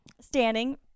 standing